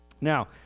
Now